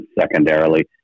secondarily